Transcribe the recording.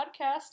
Podcast